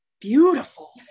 Beautiful